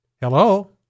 hello